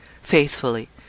faithfully